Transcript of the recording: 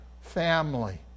family